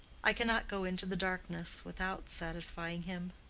i cannot go into the darkness without satisfying him.